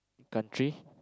country